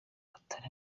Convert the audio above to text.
hatari